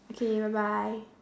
okay bye bye